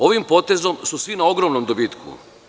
Ovim potezom su svi na ogromnom dobitku.